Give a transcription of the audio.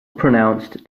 pronounced